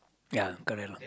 ya correct lah